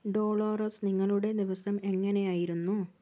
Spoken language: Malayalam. ഡോളോറസ് നിങ്ങളുടെ ദിവസം എങ്ങനെയായിരുന്നു